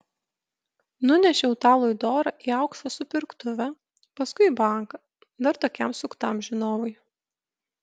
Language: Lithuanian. nunešiau tą luidorą į aukso supirktuvę paskui į banką dar tokiam suktam žinovui